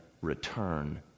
return